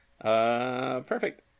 Perfect